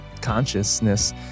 consciousness